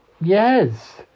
Yes